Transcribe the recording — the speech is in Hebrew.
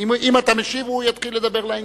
אם אתה משיב, הוא יתחיל לדבר לעניין.